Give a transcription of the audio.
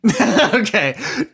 Okay